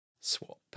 Swap